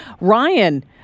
Ryan